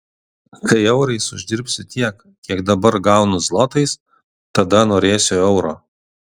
kai eurais uždirbsiu tiek kiek dabar gaunu zlotais tada norėsiu euro